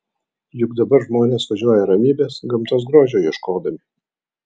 juk dabar žmonės važiuoja ramybės gamtos grožio ieškodami